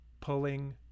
pulling